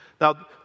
Now